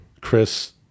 Chris